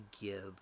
give